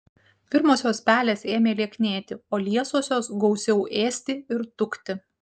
pirmosios pelės ėmė lieknėti o liesosios gausiau ėsti ir tukti